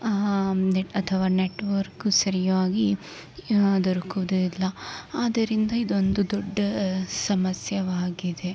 net ಅಥವಾ network ಸರಿಯಾಗಿ ದೊರ್ಕೋದೇ ಇಲ್ಲ ಆದ್ದರಿಂದ ಇದೊಂದು ದೊಡ್ಡ ಸಮಸ್ಯೆಯಾಗಿದೆ